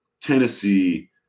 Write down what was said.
Tennessee